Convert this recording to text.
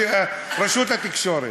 רשות התקשורת,